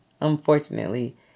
unfortunately